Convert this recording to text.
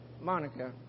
Monica